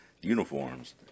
uniforms